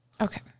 Okay